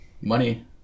money